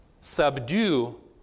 subdue